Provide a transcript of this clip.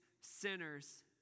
sinners